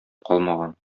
калмаган